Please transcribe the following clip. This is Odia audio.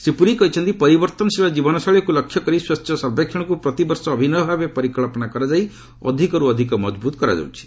ଶ୍ରୀ ପୁରି କହିଛନ୍ତି ପରିବର୍ତ୍ତନଶୀଳ ଜୀବନଶୈଳୀକୁ ଲକ୍ଷ୍ୟ କରି ସ୍ୱଚ୍ଚ ସର୍ବେକ୍ଷଣକୁ ପ୍ରତି ବର୍ଷ ଅଭିନବ ଭାବେ ପରିକ୍ସନା କରାଯାଇ ଅଧିକରୁ ଅଧିକ ମଜବୁତ୍ କରାଯାଉଛି